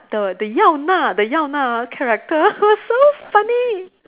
the the Yao Na the Yao Na character was so funny